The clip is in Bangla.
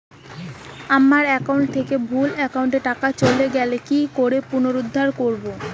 আমার একাউন্ট থেকে ভুল একাউন্টে টাকা চলে গেছে কি করে পুনরুদ্ধার করবো?